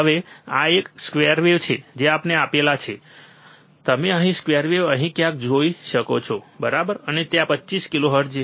હવે આ એક સ્કેરવેવ છે જે આપણે આપેલા છે તમે અહીં સ્કેરવેવ અહીં ક્યાંક જોઈ શકો છો બરાબર અને ત્યાં 25 કિલોહર્ટ્ઝ છે